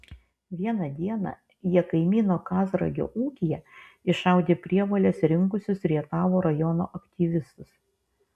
vieną dieną jie kaimyno kazragio ūkyje iššaudė prievoles rinkusius rietavo rajono aktyvistus